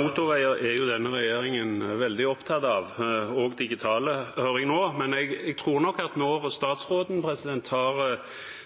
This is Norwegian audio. Motorveier er jo denne regjeringen veldig opptatt av – også digitale, hører jeg nå – men jeg tror nok statsråden